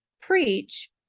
preach